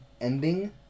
Ending